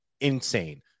insane